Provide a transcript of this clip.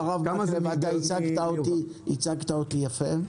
הרב מקלב, ייצגת אותי יפה.